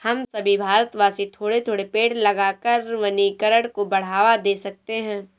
हम सभी भारतवासी थोड़े थोड़े पेड़ लगाकर वनीकरण को बढ़ावा दे सकते हैं